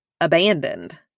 abandoned